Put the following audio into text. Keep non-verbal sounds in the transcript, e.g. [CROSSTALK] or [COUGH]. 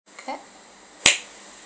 clap [NOISE]